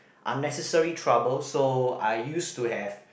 unnecessary trouble so I use to have